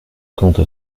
conte